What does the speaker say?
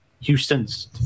Houston's